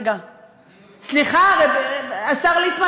השר ליצמן,